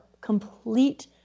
complete